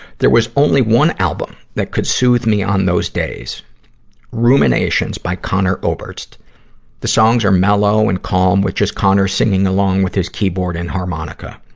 there was only one album that could soothe me on those days ruminations by conor oberst the songs are mellow and long, with just conor singing along with his keyboard and harmonica.